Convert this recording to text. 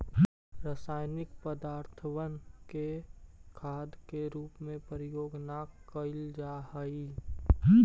रासायनिक पदर्थबन के खाद के रूप में उपयोग न कयल जा हई